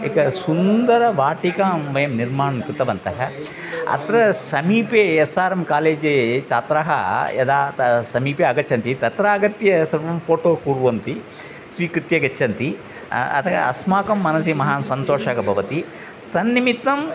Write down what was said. एकां सुन्दर वाटिकां वयं निर्माणं कृतवन्तः अत्र समीपे एस्सारम् कालेज् छात्राः यदा तत् समीपे आगच्छन्ति तत्रागत्य सर्वं फ़ोटो कुर्वन्ति स्वीकृत्य गच्छन्ति अतः अस्माकं मनसि महान् सन्तोषः भवति तन्निमित्तम्